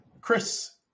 Chris